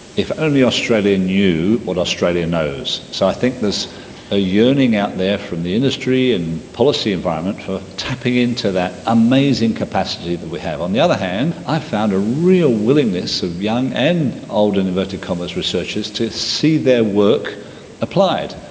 if only australia knew what australia knows. so i think there's a yearning out there from the industry and policy environment for tapping into that amazing capacity that we have. on the other hand, i found a real willingness of young and old and and but researchers to see their work applied,